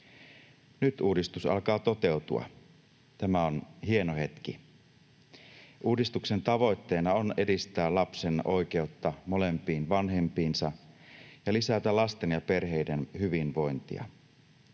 Nyt uudistus alkaa toteutua. Tämä on hieno hetki. Uudistuksen tavoitteena on edistää lapsen oikeutta molempiin vanhempiinsa ja lisätä lasten ja perheiden hyvinvointia.